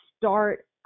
start